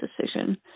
decision